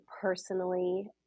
personally